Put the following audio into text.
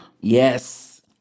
yes